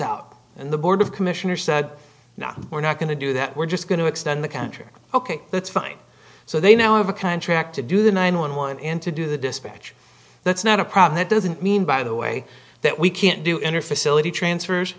out and the board of commissioners said no we're not going to do that we're just going to extend the country ok that's fine so they now have a contract to do the nine hundred and eleven and to do the dispatch that's not a problem it doesn't mean by the way that we can't do in or facility transfers